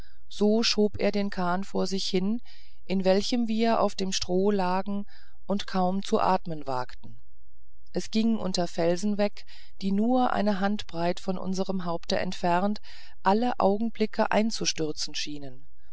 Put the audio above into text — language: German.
so schob er den kahn vor sich hin in welchem wir auf dem stroh lagen und kaum zu atmen wagten es ging unter felsen weg die nur eine hand breit von unserem haupte entfernt alle augenblicke einzustürzen schien